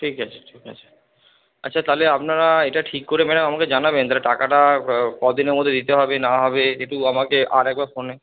ঠিক আছে ঠিক আছে আচ্ছা তাহলে আপনারা এটা ঠিক করে ম্যাডাম আমাকে জানাবেন তাহলে টাকাটা কদিনের মধ্যে দিতে হবে না হবে একটু আমাকে আরেকবার ফোনে